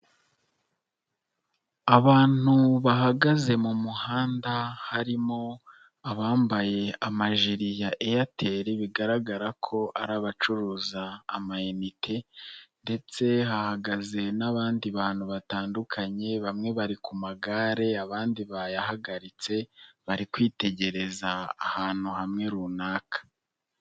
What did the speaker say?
Abantu bahagaze mu muhanda harimo abambaye amajeri ya Airtel bigaragara ko ari abacuruza amayinite ndetse hahagaze n'abandi bantu batandukanye, bamwe bari ku magare abandi bayahagaritse bari kwitegereza ahantu hamwe runaka.